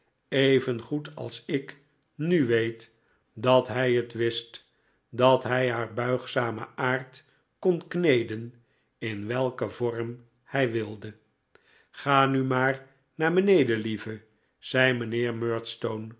evengoed als ik nu weet dat hij het wist dat hij haar buigzamen aard kon kneden in welken vorm hij wilde ga nu maar naar beneden lieve zei mijnheer